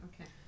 Okay